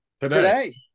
Today